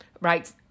right